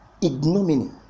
ignominy